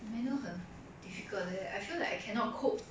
but manual 很 difficult leh I feel like I cannot cope